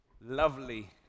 lovely